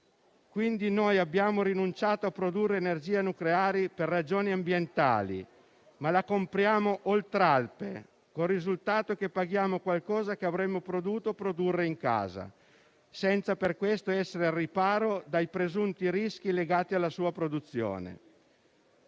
nucleari. Noi abbiamo rinunciato a produrre energia nucleare per ragioni ambientali, ma la compriamo oltralpe, con il risultato che paghiamo qualcosa che avremmo potuto produrre in casa, senza per questo essere al riparo dai presunti rischi legati alla sua produzione.